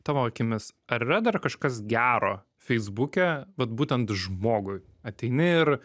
tavo akimis ar yra dar kažkas gero feisbuke vat būtent žmogui ateini ir